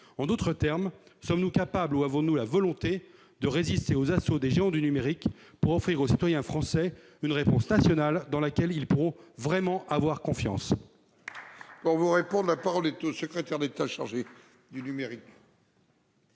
En d'autres termes, sommes-nous capables et avons-nous la volonté de résister aux assauts des géants du numérique pour offrir aux citoyens français une réponse nationale dans laquelle ils pourront avoir vraiment confiance ? La parole est à M. le secrétaire d'État chargé du numérique.